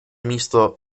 místo